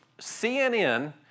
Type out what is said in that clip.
CNN